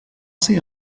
ser